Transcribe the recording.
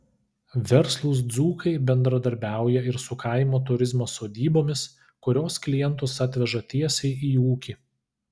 verslūs dzūkai bendradarbiauja ir su kaimo turizmo sodybomis kurios klientus atveža tiesiai į ūkį